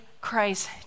Christ